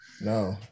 no